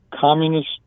communist